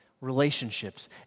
relationships